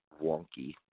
wonky